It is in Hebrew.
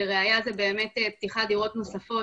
לראייה זה באמת פתיחת דירות נוספות,